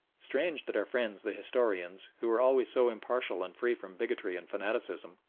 strange that our friends the historians, who are always so impartial and free from bigotry and fanaticism,